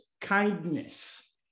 kindness